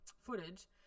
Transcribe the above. footage